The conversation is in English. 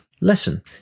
lesson